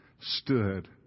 stood